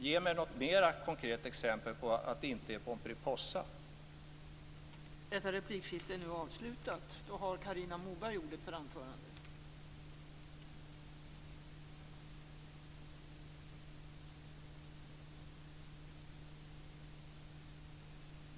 Ge mig något mer konkret exempel på att det inte är en Pomperipossaeffekt?